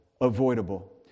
avoidable